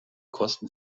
kosten